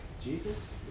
Jesus